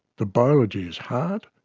the biology is hard,